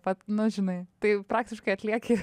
vat nu žinai tai praktiškai atlieki